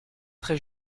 très